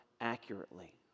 accurately